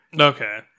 Okay